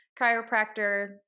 chiropractor